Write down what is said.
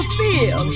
feel